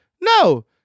No